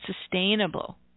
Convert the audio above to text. sustainable